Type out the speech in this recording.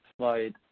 slide